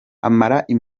abandi